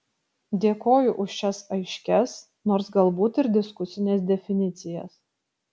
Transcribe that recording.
dėkoju už šias aiškias nors galbūt ir diskusines definicijas